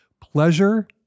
pleasure